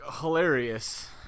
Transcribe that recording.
hilarious